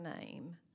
name